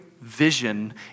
vision